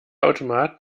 automat